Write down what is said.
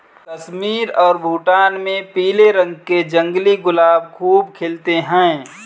कश्मीर और भूटान में पीले रंग के जंगली गुलाब खूब मिलते हैं